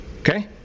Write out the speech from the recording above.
Okay